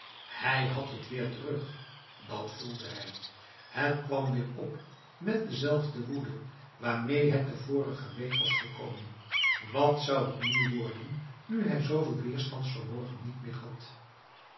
hij had het weer terug dat voelde hij het kwam weer op met dezelfde woede waarmee het de vorige week was gekomen wat zou het nu worden nu hij zoveel weerstandsvermogen niet meer had